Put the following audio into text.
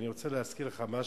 אני רוצה להזכיר לך משהו.